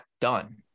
done